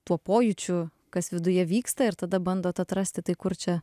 tuo pojūčiu kas viduje vyksta ir tada bandot atrasti tai kur čia